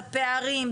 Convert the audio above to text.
הפערים,